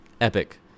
epic